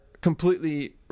completely